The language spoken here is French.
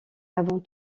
avant